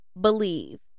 believe